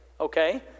okay